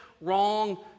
wrong